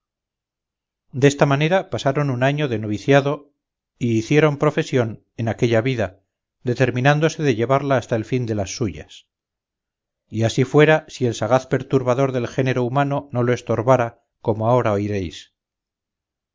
desta manera pasaron un año de noviciado y hicieron profesión en aquella vida determinándose de llevarla hasta el fin de las suyas y así fuera si el sagaz perturbador del género humano no lo estorbara como ahora oiréis